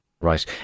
Right